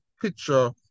picture